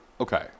okay